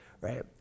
right